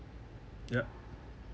ya